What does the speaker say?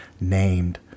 named